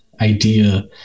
idea